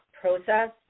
process